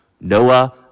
Noah